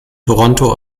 toronto